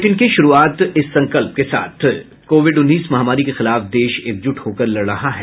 bulletin की शुरूआत इस संकल्प के साथ कोविड उन्नीस महामारी के खिलाफ देश एकजुट होकर लड़ रहा है